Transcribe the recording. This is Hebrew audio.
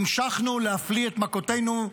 המשכנו להפליא את מכותינו,